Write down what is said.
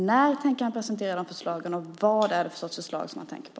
När tänker han presentera de förslagen, och vad är det för förslag han tänker på?